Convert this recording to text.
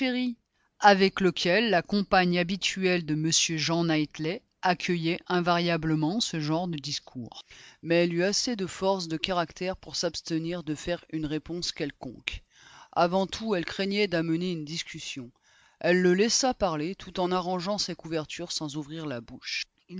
avec lequel la compagne habituelle de m jean knightley accueillait invariablement ce genre de discours mais elle eut assez de force de caractère pour s'abstenir de faire une réponse quelconque avant tout elle craignait d'amener une discussion elle le laissa parler tout en arrangeant ses couvertures sans ouvrir la bouche